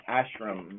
Ashram